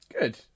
good